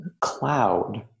cloud